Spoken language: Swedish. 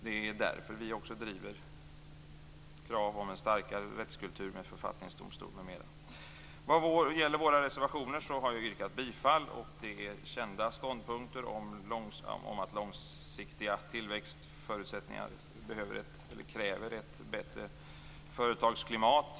Det är därför vi driver krav om en starkare rättskultur med en författningsdomstol m.m. I våra reservationer yrkar vi bifall till kända ståndpunkter som att långsiktiga tillväxtförutsättningar kräver ett bättre företagsklimat.